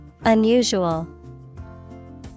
Unusual